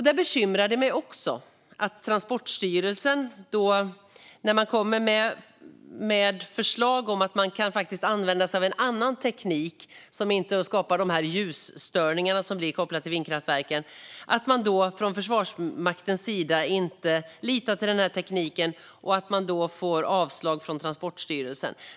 Det bekymrar mig att Transportstyrelsen ger avslag när det kommer förslag om att använda annan teknik, som inte skapar de ljusstörningar som uppstår kopplat till vindkraftverken. Från Försvarsmaktens sida litar man inte på denna teknik, och därför ger Transportstyrelsen avslag.